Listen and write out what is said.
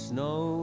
Snow